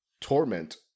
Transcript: torment